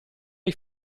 hai